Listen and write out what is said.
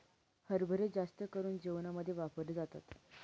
हरभरे जास्त करून जेवणामध्ये वापरले जातात